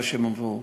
ומה הם אמרו.